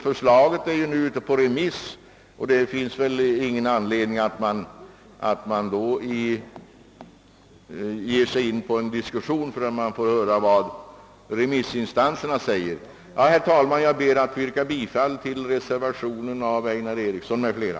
Förslaget är nu ute på remiss och det finns ingen anledning att diskutera detsamma förrän remissinstanserna yttrat sig. Herr talman! Jag ber att få yrka bifall till reservationen av herr Einar Eriksson m.fl.